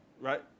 Right